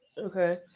Okay